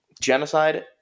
Genocide